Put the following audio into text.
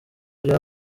bya